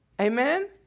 Amen